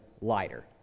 lighter